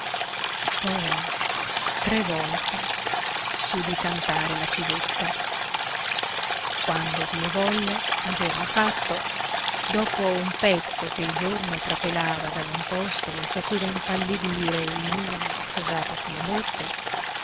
poi tre volte si udì cantare la civetta quando dio volle a giorno fatto dopo un pezzo che il giorno trapelava dalle fessure delle imposte e faceva impallidire il lume posato sulla botte